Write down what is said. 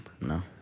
No